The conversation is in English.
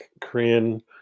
Korean